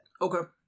Okay